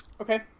Okay